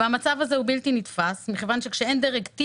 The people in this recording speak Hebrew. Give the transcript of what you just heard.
המצב זה הוא בלתי נתפס מכיוון שכאשר אין דירקטיבה,